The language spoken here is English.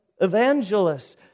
evangelists